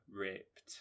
ripped